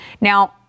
Now